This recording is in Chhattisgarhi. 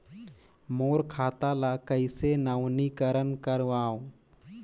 मोर खाता ल कइसे नवीनीकरण कराओ?